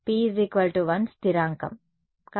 P 1 స్థిరాంకం